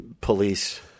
police